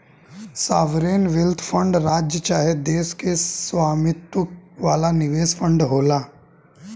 sovereign wealth fund राज्य चाहे देश के स्वामित्व वाला निवेश फंड होला